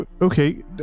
Okay